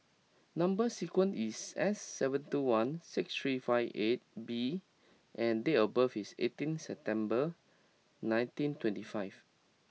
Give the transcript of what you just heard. number sequence is S seven two one six three five eight B and date of birth is eighteen September nineteen twenty five